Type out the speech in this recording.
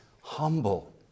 humble